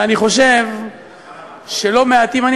ואני חושב שלא מעטים, מה למדת?